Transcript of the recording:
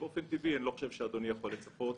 אני לא חושב שאדוני יכול לצפות